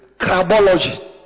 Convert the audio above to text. crabology